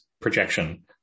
projection